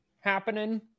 happening